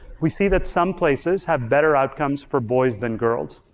we see that some places have better outcomes for boys than girls.